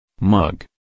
Mug